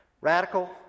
Radical